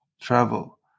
travel